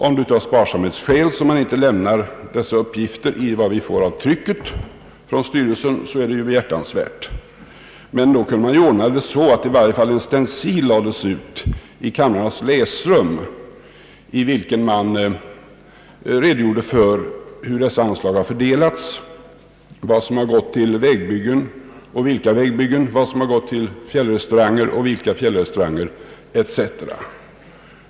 Om det är av sparsamhetsskäl som man inte lämnar dessa uppgifter i det tryck, som vi får från styrelsen, är det behjärtansvärt, men då kunde det ordnas på det sättet att det i varje fall i kamrarnas läsrum lades ut en stencil, i vilken det redogjordes för hur dessa anslag fördelades — vad som har gått till vägbyggen och vilka vägbyggen, vad som har gått till fiällrestauranger och vilka fjällrestauranger etc.